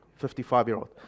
55-year-old